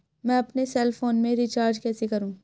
मैं अपने cell phone में रिचार्ज कैसे करूँ?